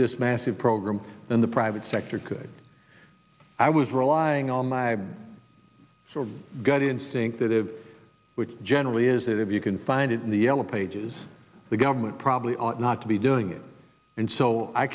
this massive program than the private sector could i was relying on my i got in sync that of which generally is that if you can find it in the yellow pages the government probably ought not to be doing it and so i